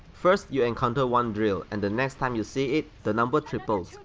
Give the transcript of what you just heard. first you encounter one drill and the next time you see it, the number triples,